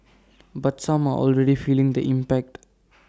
but some are already feeling the impact